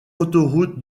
autoroute